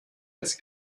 als